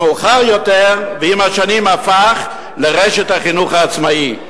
שמאוחר יותר ועם השנים הפך לרשת החינוך העצמאי.